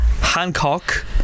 Hancock